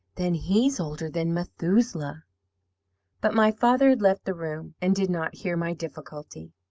then he's older than methuselah but my father had left the room, and did not hear my difficulty.